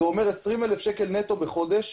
שזה אומר 20,000 שקל נטו בחודש,